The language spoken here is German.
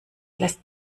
lässt